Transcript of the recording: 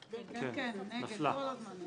אין הרביזיה על סעיף 25 לא נתקבלה.